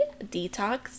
detox